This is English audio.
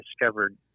discovered